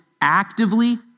actively